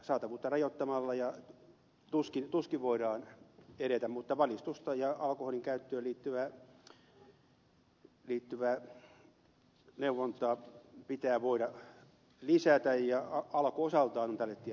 saatavuutta rajoittamalla tuskin voidaan edetä mutta valistusta ja alkoholin käyttöön liittyvää neuvontaa pitää voida lisätä ja alko osaltaan on tälle tielle lähtenyt